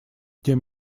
тем